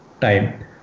time